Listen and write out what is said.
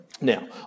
Now